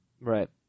Right